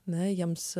na jiems